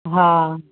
हा